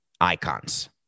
icons